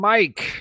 Mike